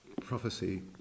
prophecy